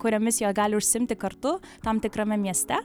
kuriomis jie gali užsiimti kartu tam tikrame mieste